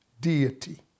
Deity